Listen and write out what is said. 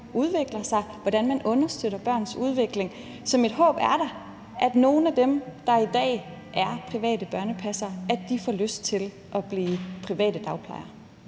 udvikler sig, og hvordan man understøtter børns udvikling. Så mit håb er da, at nogle af dem, der i dag er private børnepassere, får lyst til at blive private dagplejere.